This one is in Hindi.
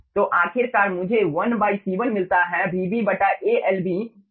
तो आखिरकार मुझे 1 C1 मिलता है Vb A Lb के बराबर हैं